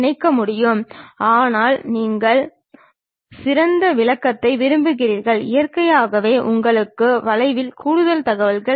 இப்பொழுது கிடைமட்ட அல்லது செங்குத்து தளத்திற்கு சாய்வாக மற்றொரு தளத்தை எடுத்துக் கொள்வோம்